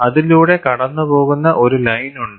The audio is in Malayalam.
അതിലൂടെ കടന്നുപോകുന്ന ഒരു ലൈൻ ഉണ്ട്